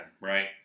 right